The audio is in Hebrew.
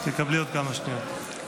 תקבלי עוד כמה שניות.